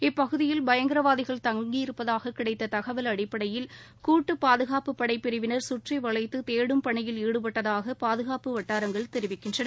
இப்பகுதியில் பயங்கரவாதிகள் தங்கியிருப்பதாக கிடைத்த தகவல் அடிப்படையில் கூட்டு பாதுகாப்பு படை பிரிவினர் கற்றி வளைத்து தேடும் பணியில் ஈடுபட்டதாக பாதுகாப்பு வட்டாரங்கள் தெரிவிக்கின்றன